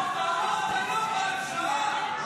אתה משקר --- הייתה שאלה גם בנוגע לחבר הכנסת אלמוג כהן.